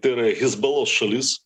tai yra hizbalos šalis